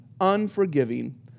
unforgiving